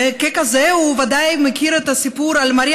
וככזה הוא ודאי מכיר את הסיפור על מארי